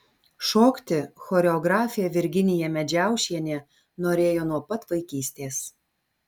šokti choreografė virginija medžiaušienė norėjo nuo pat vaikystės